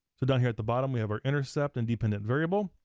so down here at the bottom we have our intercept and dependent variable.